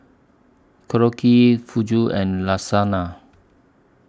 Korokke Fugu and Lasagna